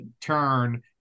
turn